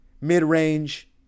Mid-range